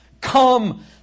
come